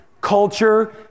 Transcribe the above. Culture